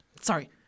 sorry